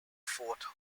fort